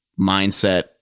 mindset